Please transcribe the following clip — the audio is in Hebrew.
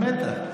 המתח.